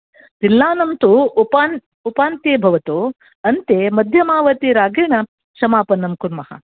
तिल्लानं तु उपान् उपान्त्ये भवतु अन्ते मध्यमावतीरागेण समापनं कुर्मः